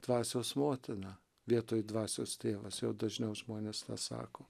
dvasios motina vietoj dvasios tėvas jau dažniau žmonės tą sako